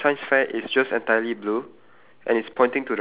ya I guess that's just one difference cause my science fair